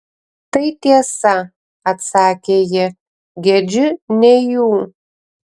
tai tiesa atsakė ji gedžiu ne jų